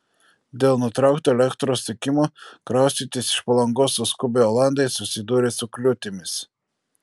dėl nutraukto elektros tiekimo kraustytis iš palangos suskubę olandai susidūrė su kliūtimis